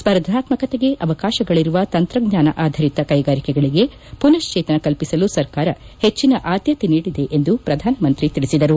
ಸ್ಪರ್ಧಾತ್ಮಕತೆಗೆ ಅವಕಾಶಗಳುವ ತಂತ್ರಜ್ಞಾನ ಆಧರಿತ ಕೈಗಾರಿಕೆಗಳಿಗೆ ಮನಸ್ವೇತನ ಕಲ್ಪಿಸಲು ಸರ್ಕಾರ ಪೆಟ್ಟನ ಆದ್ಯತೆ ನೀಡಿದೆ ಎಂದು ಪ್ರಧಾನಮಂತ್ರಿ ತಿಳಿಸಿದರು